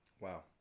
Wow